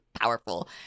powerful